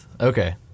Okay